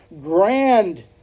grand